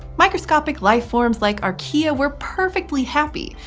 microscopic life forms like archaea were perfectly happy.